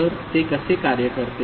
तर ते कसे कार्य करते